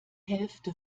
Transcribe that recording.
hälfte